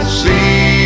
see